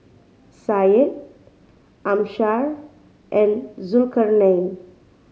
Syed Amsyar and Zulkarnain